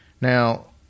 Now